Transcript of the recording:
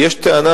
יש טענה,